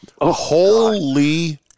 Holy